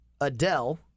Adele